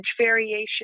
variation